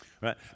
Right